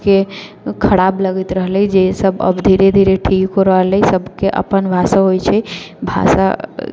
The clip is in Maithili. के खराब लगैत रहलै जे सब अब धीरे धीरे ठीक हो रहलैया सबके अपन भाषा होइत छै भाषा